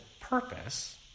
purpose